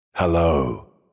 Hello